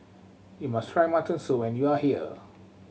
you must try mutton soup when you are here